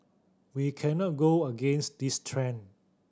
we cannot go against this trend